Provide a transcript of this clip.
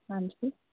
ਹਾਂਜੀ